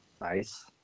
Nice